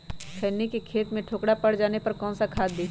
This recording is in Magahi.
खैनी के खेत में ठोकरा पर जाने पर कौन सा खाद दी?